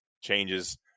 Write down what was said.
changes